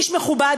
איש מכובד,